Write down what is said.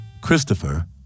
Christopher